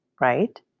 right